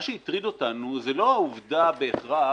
מה שהטריד אותנו זו לא העובדה בהכרח